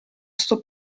sto